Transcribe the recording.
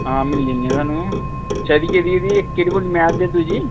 आं मिली जानियां थोआनूं चाही दी केह्ड़ी केह्ड़ी इक केह्ड़ी बोल्ली मैथ ते दूजी